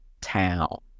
town